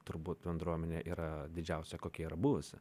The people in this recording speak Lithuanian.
turbūt bendruomenė yra didžiausia kokia yra buvusi